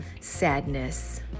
sadness